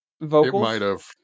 vocals